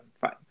fine